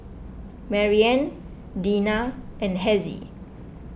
Maryann Dinah and Hezzie